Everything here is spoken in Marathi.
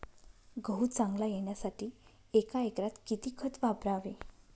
गहू चांगला येण्यासाठी एका एकरात किती खत वापरावे?